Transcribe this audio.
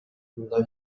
мында